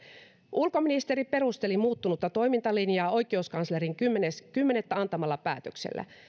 ulkoministeri perusteli muuttunutta toimintalinjaa oikeuskanslerin kymmenes kymmenettä antamalla päätöksellä